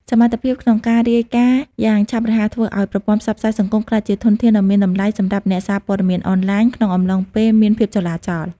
សមត្ថភាពក្នុងការរាយការណ៍យ៉ាងឆាប់រហ័សធ្វើឱ្យប្រព័ន្ធផ្សព្វផ្សាយសង្គមក្លាយជាធនធានដ៏មានតម្លៃសម្រាប់អ្នកសារពត័មានអនឡាញ ក្នុងអំឡុងពេលមានភាពចលាចល។